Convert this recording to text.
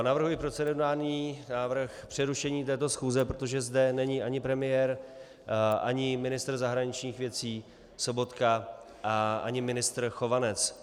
Navrhuji procedurální návrh, přerušení této schůze, protože zde není ani premiér ani ministr zahraničních věcí Sobotka ani ministr Chovanec.